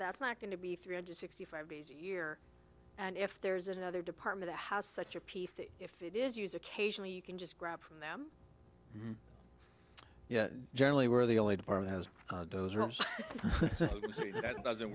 that's not going to be three hundred sixty five days year and if there's another department has such a p c if it is use occasionally you can just grab from them yeah generally we're the only department has those rooms doesn't